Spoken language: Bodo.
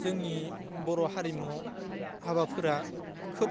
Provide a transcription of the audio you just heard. जोंनि बर' हारिमुआव हाबाफोरा खोब